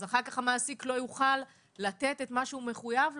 אז אחר-כך המעסיק לא יוכל לתת את מה שהוא מחויב לו,